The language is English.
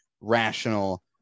rational